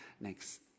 Next